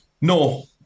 No